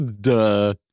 Duh